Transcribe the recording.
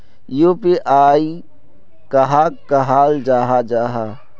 UPI कहाक कहाल जाहा जाहा?